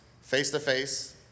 face-to-face